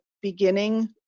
beginning